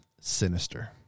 Sinister